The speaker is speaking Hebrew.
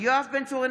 יואב בן צור,